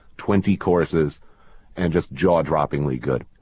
twenty courses and just jaw-droppingly good